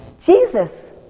Jesus